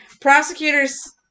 prosecutors